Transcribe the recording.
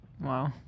Wow